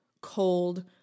cold